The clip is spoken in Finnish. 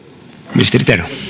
arvoisa